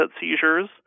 seizures